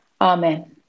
Amen